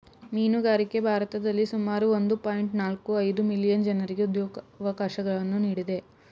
ಮೀನುಗಾರಿಕೆ ಭಾರತದಲ್ಲಿ ಸುಮಾರು ಒಂದು ಪಾಯಿಂಟ್ ನಾಲ್ಕು ಐದು ಮಿಲಿಯನ್ ಜನರಿಗೆ ಉದ್ಯೋಗವಕಾಶವನ್ನು ನೀಡಿದೆ